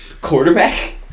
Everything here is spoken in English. quarterback